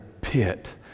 pit